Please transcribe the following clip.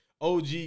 OG